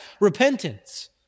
repentance